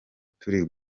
turi